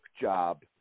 job